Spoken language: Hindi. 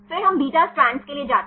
फिर हम बीटा स्ट्रैंड के लिए जाते हैं